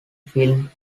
film